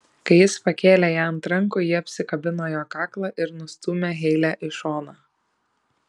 kai jis pakėlė ją ant rankų ji apsikabino jo kaklą ir nustūmė heilę į šoną